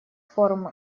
форум